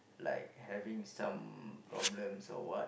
like having some problems or what